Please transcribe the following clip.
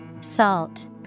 Salt